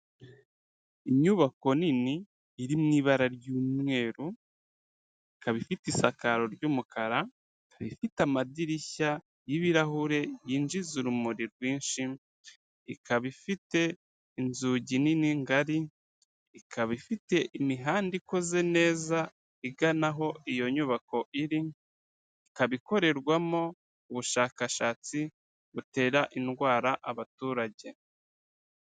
Inyubako nini, iri mu ibara ry'umweru, ikaba ifite isakaro ry'umukara, ikaba ifite amadirishya y'ibirahure yinjiza urumuri rwinshi, ikaba ifite inzugi nini ngari, ikaba ifite imihanda ikoze neza igana aho iyo nyubako iri, ikaba ikorerwamo ubushakashatsi butera indwara abaturage.